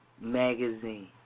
magazine